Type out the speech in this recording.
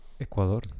Ecuador